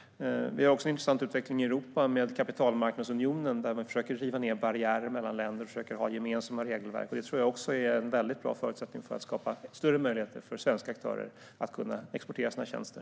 Vi har också en intressant utveckling i Europa med kapitalmarknadsunionen, där man försöker riva ned barriärer mellan länder och försöker ha gemensamma regelverk. Det tror jag också är en mycket bra förutsättning för att skapa större möjligheter för svenska aktörer att exportera sina tjänster.